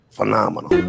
Phenomenal